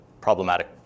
problematic